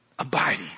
Abiding